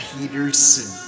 Peterson